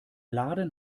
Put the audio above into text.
laden